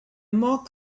more